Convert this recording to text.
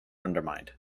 undermined